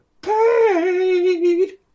paid